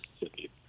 Mississippi